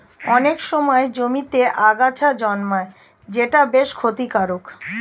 অনেক সময় জমিতে আগাছা জন্মায় যেটা বেশ ক্ষতিকারক